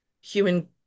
human